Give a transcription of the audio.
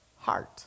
heart